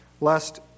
lest